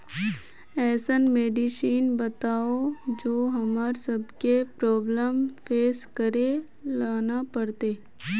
ऐसन मेडिसिन बताओ जो हम्मर सबके प्रॉब्लम फेस करे ला ना पड़ते?